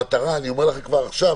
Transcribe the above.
אני אומר לכם כבר עכשיו,